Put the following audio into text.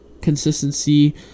consistency